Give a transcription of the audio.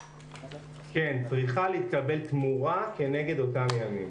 כן, צריכה להתקבל תמורה כנגד אותם הימים.